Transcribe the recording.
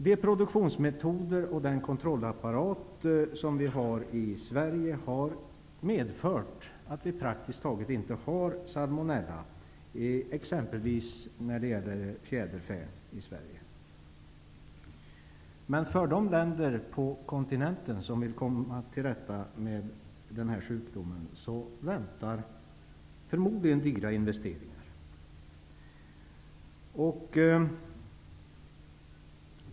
De produktionsmetoder och den kontrollapparat som vi har i Sverige har medfört att vi praktiskt taget inte har salmonella, exempelvis när det gäller fjäderfä. Men för de länder på kontinenten som vill komma till rätta med den här sjukdomen väntar förmodligen dyra investeringar.